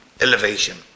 elevation